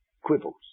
quibbles